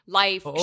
life